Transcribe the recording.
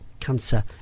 cancer